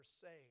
saved